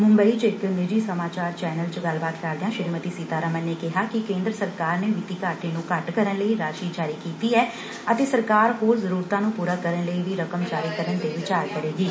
ਮੁੰਬਈ ਚ ਇਕ ਨਿੱਜੀ ਸਮਾਚਾਰ ਚੈਨਲ ਚ ਗੱਲਬਾਤ ਕਰਦਿਆਂ ਸ੍ਰੀਮਤੀ ਸੀਤਾ ਰਮਨ ਨੇ ਕਿਹਾ ਕਿ ਕੇਂਦਰ ਸਰਕਾਰ ਨੇ ਵਿੱਤੀ ਘਾਟੇ ਨੂੰ ਘੱਟ ਕਰਨ ਲਈ ਰਾਸ਼ੀ ਜਾਰੀ ਕੀਤੀ ਐ ਅਤੇ ਸਰਕਾਰ ਹੋਰ ਜ਼ਰੁਰਤਾਂ ਨੂੰ ਪੁਰਾ ਕਰਨ ਲਈ ਵੀ ਰਕਮ ਜਾਰੀ ਕਰਨ ਤੇ ਵਿਚਾਰ ਕਰੇਗੀ